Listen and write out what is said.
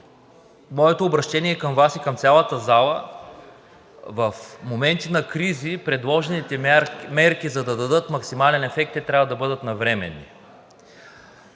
Моето обръщение към Вас и към цялата зала – в моменти на кризи предложените мерки, за да дадат максимален ефект, трябва да бъдат навременни.